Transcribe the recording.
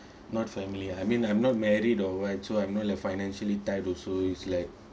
not family I mean I'm not married or what so I'm not like financially tied also is like